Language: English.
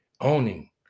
owning